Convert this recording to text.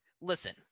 Listen